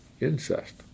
incest